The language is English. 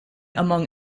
among